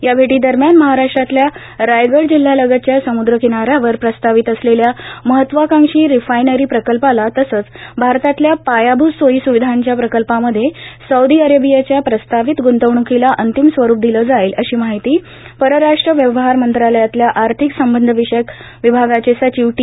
या भेटीदरम्यान महाराष्ट्रातल्या रायगड जिल्ह्यालगतच्या समुद्र किनाऱ्यावर प्रस्तावित असलेल्या महत्वाकांक्षी रिफायनरी प्रकल्पाला तसंच भारतातल्या पायाभूत सोयी स्विधांच्या प्रकल्पांमध्ये सौदी अरेबियाच्या प्रस्तावित गृंतवणूकीला अंतिम स्वरुप दिलं जाईल अशी माहिती परराष्ट्र व्यवहार मंत्रालयातल्या आर्थिक संबंधविषयक विभागाचे सचिव टी